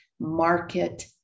market